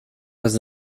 was